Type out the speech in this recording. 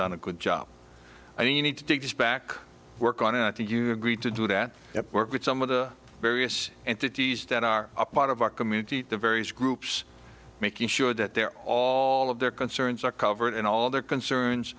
done a good job i mean you need to get back work on it do you agree to do that work with some of the various entities that are a part of our community the various groups making sure that they're all of their concerns are covered and all their concerns